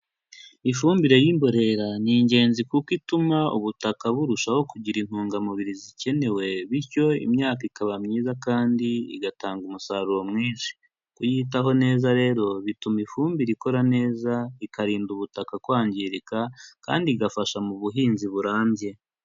Ifumbire y'imborera ni ingenzi kuko ituma ubutaka burushaho kugira intungamubiri zikenewe, bityo imyaka ikaba myiza kandi igatanga umusaruro mwinshi, kuyitaho neza rero bituma ifumbire ikora neza ikarinda ubutaka kwangirika, kandi igafasha mu buhinzi burambye.